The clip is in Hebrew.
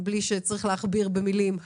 בלי שצריך להכביר מילים,